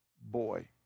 boy